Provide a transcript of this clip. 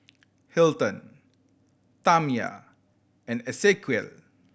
Hilton Tamya and Esequiel